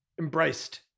embraced